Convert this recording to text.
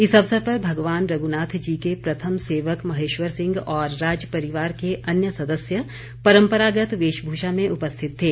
इस अवसर पर भगवान रघुनाथ जी के प्रथम सेवक महेश्वर सिंह और राज परिवार के अन्य सदस्य परम्परागत वेशभूषा में उपस्थित थे